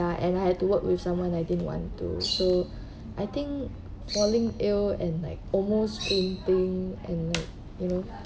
and I had to work with someone I didn't want to so I think falling ill and like almost fainting and like you know